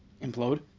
implode